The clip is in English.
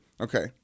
Okay